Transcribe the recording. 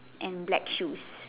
and black shoes